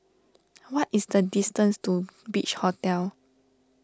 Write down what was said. what is the distance to Beach Hotel